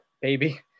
baby